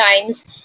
times